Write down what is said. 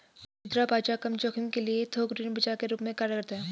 मुद्रा बाजार कम जोखिम के लिए थोक ऋण बाजार के रूप में कार्य करता हैं